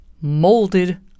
molded